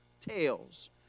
tales